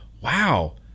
wow